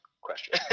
question